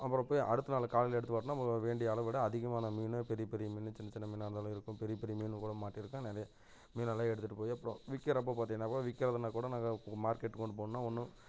அப்புறம் போய் அடுத்த நாள் காலையில் எடுத்து போட்டோன்னால் நமக்கு வேண்டிய அளவை விட அதிகமான மீன் பெரிய பெரிய மீன் சின்ன சின்ன மீனாக இருந்தாலும் இருக்கும் பெரிய பெரிய மீன் கூட மாட்டியிருக்கும் நிறைய மீனெல்லாம் எடுத்துகிட்டு போய் அப்புறம் விற்குறப்ப பார்த்திங்கன்னா கூட விற்குறதுன்னா கூட நாங்கள் மார்க்கெட் கொண்டு போனோன்னால் ஒன்றும்